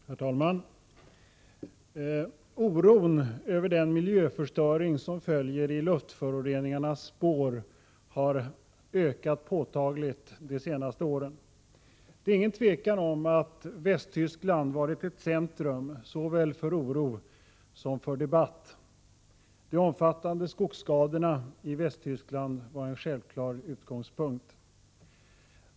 Herr talman! Oron över den miljöförstöring som följer i luftföroreningarnas spår har ökat påtagligt de senaste åren. Det är ingen tvekan om att Västtyskland varit ett centrum för såväl oro som debatt. De omfattande skogsskadorna var en självklar utgångspunkt.